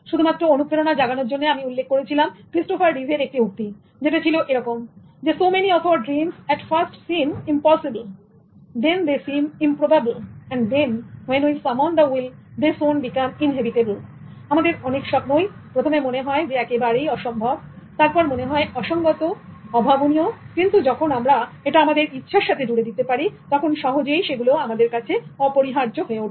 শুধুমাত্র অনুপ্রেরণা জাগানোর জন্য আমি উল্লেখ করেছিলাম ক্রিস্টোফার রীভের একটি উক্তি যেটা ছিল এরকম So many of our dreams at first seem impossible then they seem improbable and then when we summon the will they soon become inevitableআমাদের অনেক স্বপ্নই প্রথমে মনে হয় একেবারেই অসম্ভব তারপর মনে হয় অসঙ্গত অভাবনীয় কিন্তু যখন আমরা এটা আমাদের ইচ্ছার সাথে জুড়ে দিতে পারি তখন সহজেই সেগুলো আমাদের কাছে অপরিহার্য হয়ে ওঠে